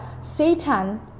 Satan